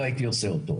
לא הייתי עושה אותו,